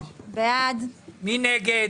מי נגד?